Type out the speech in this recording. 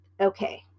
okay